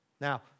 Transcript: Now